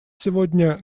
сегодня